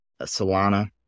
Solana